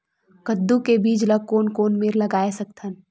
कददू के बीज ला कोन कोन मेर लगय सकथन?